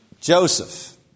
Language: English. Joseph